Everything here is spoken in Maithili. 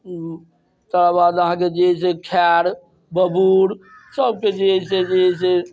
तकर बाद अहाँके जे है से खैर बबूर सबके जे है से जे है से